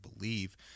believe